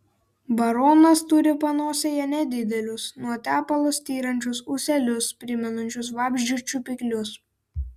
baronas turi panosėje nedidelius nuo tepalo styrančius ūselius primenančius vabzdžio čiupiklius